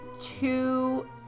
two